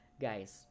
guys